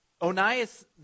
Onias